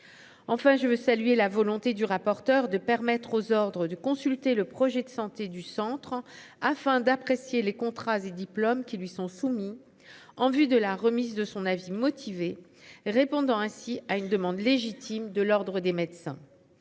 Enfin, je veux saluer la volonté du rapporteur de permettre aux ordres du consulter le projet de santé du centre afin d'apprécier les contrats et diplôme qui lui sont soumis en vue de la remise de son avis motivé, répondant ainsi à une demande légitime de l'Ordre des médecins.